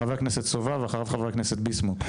חבר הכנסת סובה ואחריו חבר הכנסת ביסמוט.